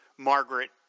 Margaret